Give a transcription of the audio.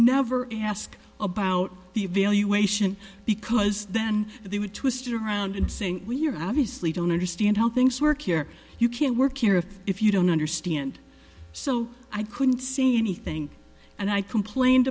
never ask about the evaluation because then they would twist it around and say we're obviously don't understand how things work here you can't work here if if you don't understand so i couldn't see anything and i complained